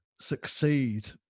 succeed